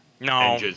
No